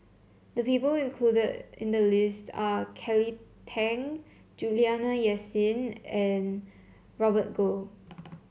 the people included in the list are Kelly Tang Juliana Yasin and Robert Goh